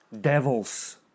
devils